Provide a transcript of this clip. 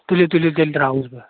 تُلِو تُلِو تیٚلہِ درٛاوُس بہٕ